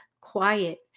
quiet